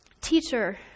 Teacher